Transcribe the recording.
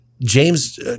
James